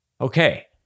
Okay